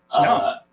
No